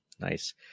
Nice